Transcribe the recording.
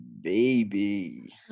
baby